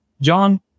John